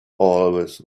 always